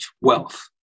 wealth